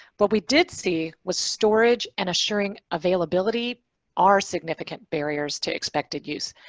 but we did see was storage and assuring availability are significant barriers to expected use.